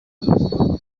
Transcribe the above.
avuga